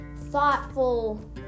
thoughtful